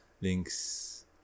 Links